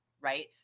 Right